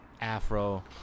Afro